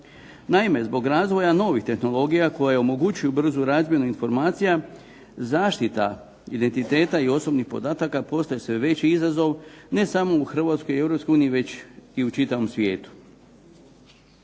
Naime, zbog razvoja novih tehnologija koje omogućuju brzu razmjenu informacija, zaštita identiteta i osobnih podataka postaje sve veći izazov, ne samo u Hrvatskoj i Europskoj uniji, već i u čitavom svijetu.